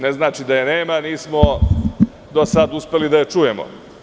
Ne znači da je nema, nismo do sada uspeli da je čujemo.